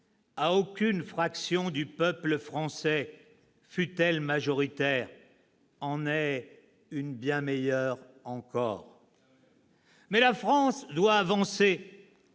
à aucune fraction du peuple français, fût-elle majoritaire, en est une bien meilleure encore. » Quand même !« Mais la France doit avancer.